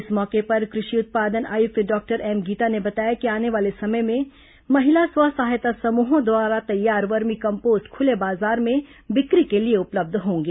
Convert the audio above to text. इस मौके पर कृषि उत्पादन आयुक्त डॉक्टर एम गीता ने बताया कि आने वाले समय में महिला स्व सहायता समूहों द्वारा तैयार वर्मी कम्पोस्ट खुले बाजार में बिक्री के लिए उपलब्ध होंगे